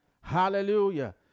Hallelujah